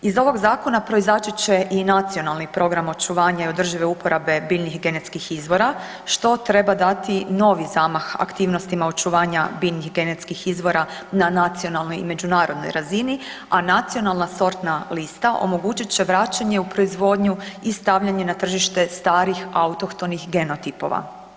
Iz ovog zakona proizaći će i nacionalni program očuvanje i održive uporabe biljnih i genetskih izvora što treba dati novi zamah aktivnostima očuvanja biljnih genetskih izvora na nacionalnoj i međunarodnoj razini, a nacionalna sortna lista omogućit će vraćanje u proizvodnju i stavljanje na tržište starih autohtonih genotipova.